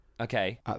okay